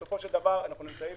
בסופו של דבר, אנחנו נמצאים